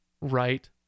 right